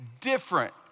different